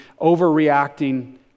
overreacting